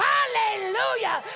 Hallelujah